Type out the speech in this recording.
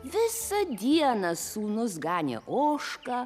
visą dieną sūnus ganė ožką